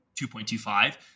2.25